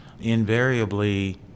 Invariably